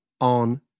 on